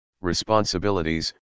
responsibilities